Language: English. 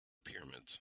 pyramids